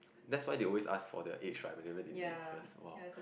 that's why they always ask for the age whatever they need first [wah]